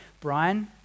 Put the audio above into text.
Brian